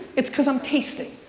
it's cause i'm tasting.